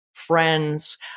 friends